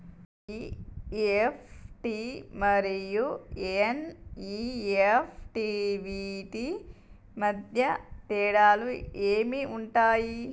EFT మరియు NEFT వీటి మధ్య తేడాలు ఏమి ఉంటాయి?